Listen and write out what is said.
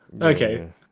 Okay